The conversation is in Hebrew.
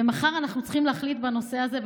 ומחר אנחנו צריכים להחליט בנושא הזה,